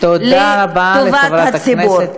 תודה רבה לחברת הכנסת,